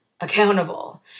accountable